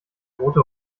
rote